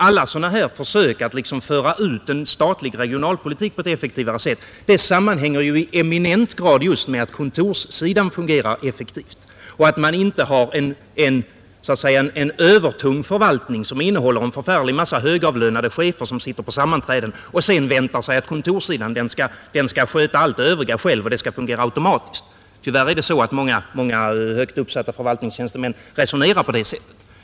Alla sådana här försök att liksom föra ut en statlig regionalpolitik på ett effektivare sätt sammanhänger i eminent grad med att kontorssidan fungerar effektivt och att man inte har en så att säga övertung förvaltning men en stor mängd högavlönade chefer, som sitter på sammanträden och väntar sig att kontorssidan skall sköta allt övrigt arbete och fungera automatiskt. Tyvärr är det så att många högt uppsatta förvaltningstjänstemän resonerar på det sättet.